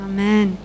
Amen